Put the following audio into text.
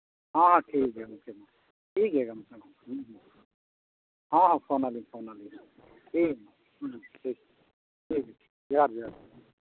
ᱦᱮᱸ ᱦᱮᱸ ᱴᱷᱤᱠᱜᱮᱭᱟ ᱜᱚᱢᱠᱮ ᱴᱷᱤᱠᱜᱮᱭᱟ ᱜᱚᱢᱠᱮ ᱦᱮᱸ ᱦᱮᱸ ᱯᱷᱳᱱᱟᱞᱤᱧ ᱯᱷᱳᱱᱟᱞᱤᱧ ᱦᱟᱸᱜ ᱴᱷᱤᱠ ᱴᱷᱤᱠ ᱡᱚᱦᱟᱨ ᱡᱚᱦᱟᱨ